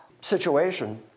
situation